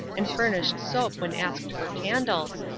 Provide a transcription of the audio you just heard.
and furnished soap when asked for candles,